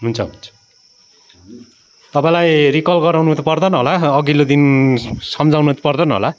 हुन्छ हुन्छ तपाईँलाई रिकल गराउनु त पर्दैन होला अघिल्लो दिन सम्झाउनु त पर्दैन होला